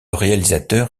réalisateur